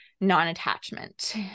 non-attachment